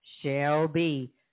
Shelby